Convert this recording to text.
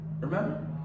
Remember